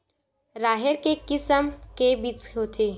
राहेर के किसम के बीज होथे?